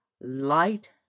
light